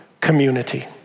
community